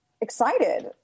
excited